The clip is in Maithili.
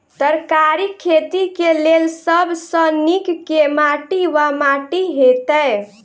तरकारीक खेती केँ लेल सब सऽ नीक केँ माटि वा माटि हेतै?